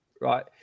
right